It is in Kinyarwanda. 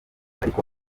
ariko